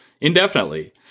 indefinitely